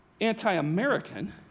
anti-American